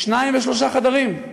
שניים ושלושה חדרים.